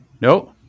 Nope